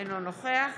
אינו נוכח